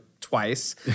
twice